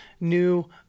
new